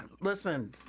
Listen